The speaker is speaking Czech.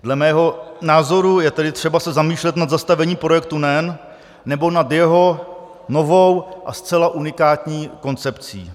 Dle mého názoru je tedy třeba se zamýšlet nad zastavením projektu NEN nebo nad jeho novou a zcela unikátní koncepcí.